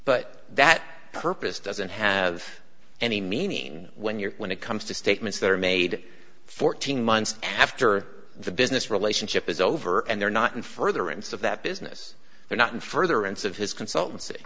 but that purpose doesn't have any meaning when you're when it comes to statements that are made fourteen months after the business relationship is over and they're not in furtherance of that business they're not in furtherance of his consultancy